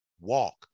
walk